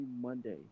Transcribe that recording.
Monday